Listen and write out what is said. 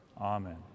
Amen